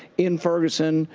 in ferguson,